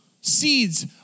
Seeds